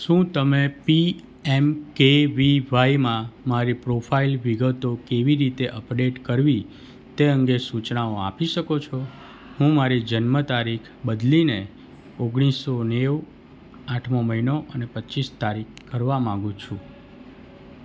શું તમે P M K V વાયમાં મારી પ્રોફાઇલ વિગતો કેવી રીતે અપડેટ કરવી તે અંગે સૂચનાઓ આપી શકો છો હું મારી જન્મ તારીખ બદલીને ઓગણીસો નેવું આઠમો મહિનો અને પચીસમી તારીખ કરવા માગું છું